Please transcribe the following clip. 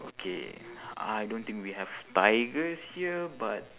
okay I don't think we have tigers here but